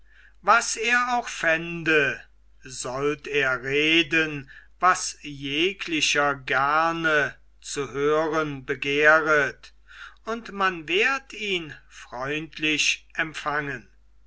was er auch fände sollt er reden was jeglicher gerne zu hören begehret und man werd ihn freundlich empfangen